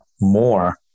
more